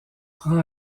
prend